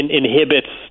inhibits